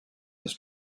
has